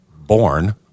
born